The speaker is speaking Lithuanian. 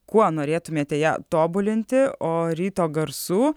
kuo norėtumėte ją tobulinti o ryto garsų